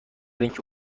اینکه